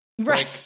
right